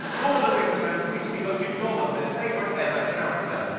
lord of the rings fans recently voted gollum their favourite ever character.